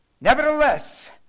Nevertheless